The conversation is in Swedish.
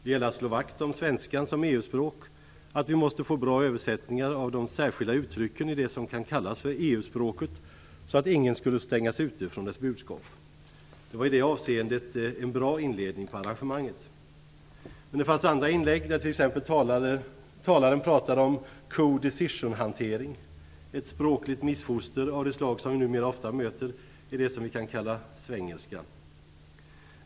Det gällde att slå vakt om svenskan som EU-språk, att vi måste få bra översättningar av de särskilda uttrycken i det som kan kallas EU språket, så att ingen stängs ute från dess budskap. Det var i det avseendet en bra inledning på arrangemanget. Men i andra inlägg talades det t.ex. om codecision-hantering, ett språkligt missfoster av det slag som vi numera ofta möter i det som vi kan kalla svengelska.